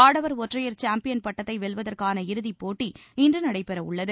ஆடவர் ஒற்றையர் சாம்பியன் பட்டத்தை வெல்வதற்கான இறுதிப் போட்டி இன்று நடைபெற உள்ளது